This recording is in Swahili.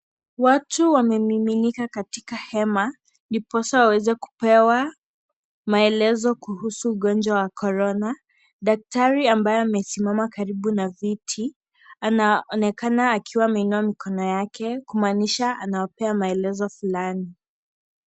Watu wamemiminika katika hema ndiposa waweze kupewa maelezo kuhusu ugonjwa wa korona. Daktari ambaye amesimama karibu na viti anaonekana akiwa ameinua mikono yake kumaanisha anawapea maelezo fulani.